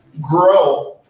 grow